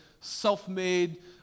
self-made